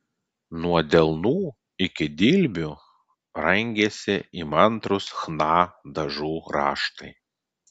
nuo delnų iki dilbių rangėsi įmantrūs chna dažų raštai